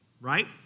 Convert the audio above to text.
right